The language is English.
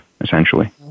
essentially